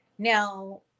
Now